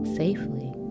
safely